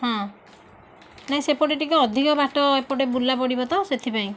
ହଁ ନାଇଁ ସେପଟେ ଟିକେ ଅଧିକା ବାଟ ଏପଟେ ବୁଲା ପଡ଼ିବ ତ ସେଥିପାଇଁ